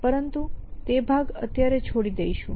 પરંતુ તે ભાગ અત્યારે છોડી દઈશું